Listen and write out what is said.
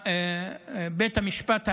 בית המשפט העליון,